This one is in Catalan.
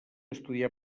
estudià